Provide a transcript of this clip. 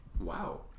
wow